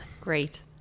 Great